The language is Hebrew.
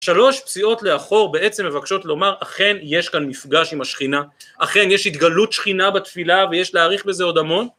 שלוש פסיעות לאחור בעצם מבקשות לומר אכן יש כאן מפגש עם השכינה, אכן יש התגלות שכינה בתפילה ויש להעריך בזה עוד המון